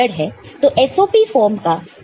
तो SOP form का एक उदाहरण हम देखेंगे